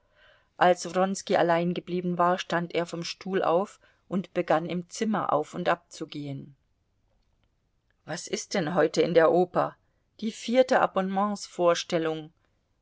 als wronski allein geblieben war stand er vom stuhl auf und begann im zimmer auf und ab zu gehen was ist denn heute in der oper die vierte abonnementsvorstellung